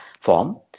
form